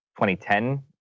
2010